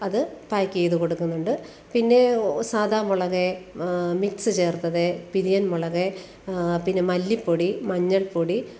അത് പായ്ക്ക് ചെയ്ത് കൊട്ക്കുന്നുണ്ട് പിന്നെ സാധാ മുളക് മിക്സ് ചേര്ത്തത് പിരിയന് മുളക് പിന്നെ മല്ലിപ്പൊടി മഞ്ഞള്പ്പൊടി